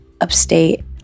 upstate